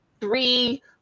three